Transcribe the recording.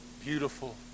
beautiful